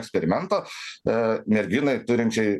eksperimentą a merginai turinčiai